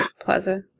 plaza